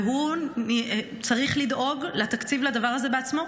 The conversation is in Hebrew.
והוא צריך לדאוג לתקציב לדבר הזה בעצמו.